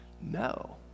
No